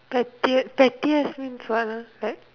pettiest pettiest means what like